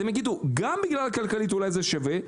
הם יגידו מבחינה כלכלית אולי זה שווה,